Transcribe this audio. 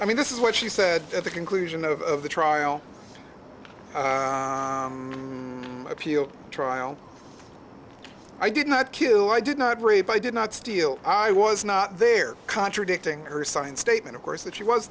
i mean this is what she said at the conclusion of the trial appeal trial i did not kill i did not rape i did not steal i was not there contradicting her signed statement of course that she was